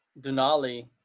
Denali